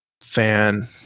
fan